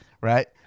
right